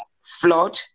flood